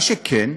מה שכן,